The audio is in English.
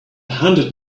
hundred